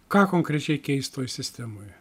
ką konkrečiai keist toj sistemoje